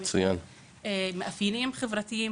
יש מאפיינים חברתים,